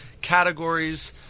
categories